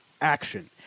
action